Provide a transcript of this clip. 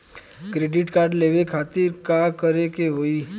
Credit card लेवे खातिर का करे के होई?